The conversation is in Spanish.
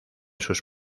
sus